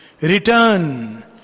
return